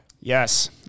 Yes